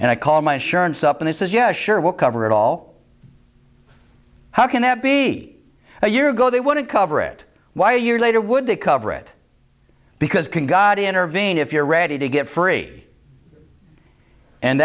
and i called my insurance up and this is yes sure will cover it all how can that be a year ago they wouldn't cover it why a year later would they cover it because can god intervene if you're ready to get free and